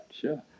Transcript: sure